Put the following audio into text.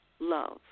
love